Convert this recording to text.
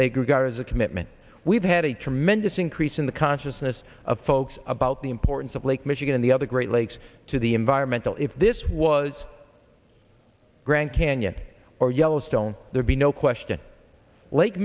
they got is a commitment we've had a tremendous increase in the consciousness of folks about the importance of lake michigan the other great lakes to the environmental if this was grand canyon or yellowstone there'd be no question lake